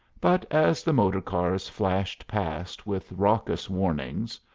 but as the motor-cars flashed past with raucous warnings,